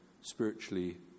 spiritually